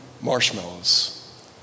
marshmallows